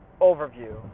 overview